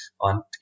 on